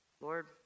Lord